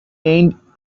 end